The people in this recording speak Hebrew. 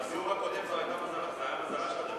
בסיבוב הקודם זה היה מזלה של הדמוקרטיה.